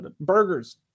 burgers